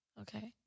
Okay